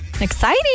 Exciting